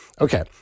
Okay